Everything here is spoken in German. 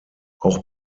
auch